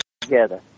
together